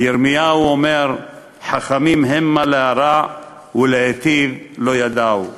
וירמיהו אומר: "חכמים המה להרע ולהיטיב לא ידעו".